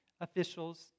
officials